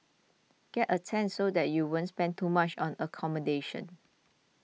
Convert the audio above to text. get a tent so that you won't spend too much on accommodation